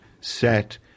set